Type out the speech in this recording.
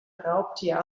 raubtier